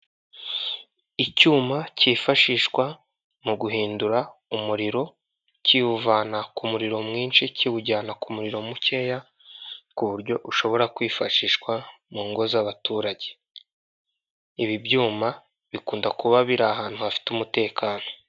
Icyuma kifashishwa mu guhindura umuriro kiwuvana ku muriro mwinshi kiwujyana ku muriro mukeya, kuburyo ushobora kwifashishwa mu ngo z'abaturage. Ibi byuma bikunze kuba biri ahantu hafite umutekano.